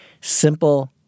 Simple